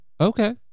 Okay